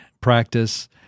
practice